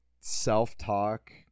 self-talk